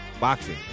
Boxing